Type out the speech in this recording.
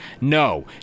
No